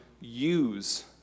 use